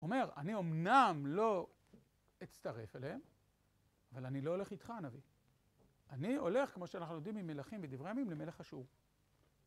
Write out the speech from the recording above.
אומר, אני אמנם לא אצטרף אליהם. אבל אני לא הולך איתך הנביא. אני הולך, כמו שאנחנו יודעים, ממלכים ודברי הימים למלך אשור.